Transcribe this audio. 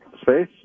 space